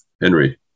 Henry